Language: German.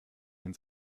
ins